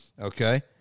okay